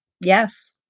Yes